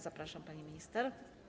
Zapraszam, pani minister.